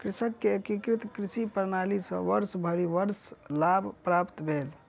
कृषक के एकीकृत कृषि प्रणाली सॅ वर्षभरि वर्ष लाभ प्राप्त भेल